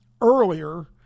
earlier